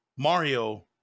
mario